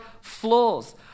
flaws